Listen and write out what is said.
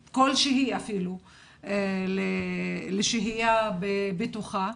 כלשהי, לשהייה בטוחה,